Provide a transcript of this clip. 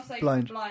Blind